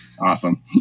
Awesome